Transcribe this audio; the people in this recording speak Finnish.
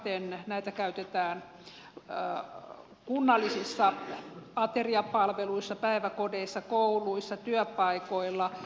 samaten näitä käytetään kunnallisissa ateriapalveluissa päiväkodeissa kouluissa työpaikoilla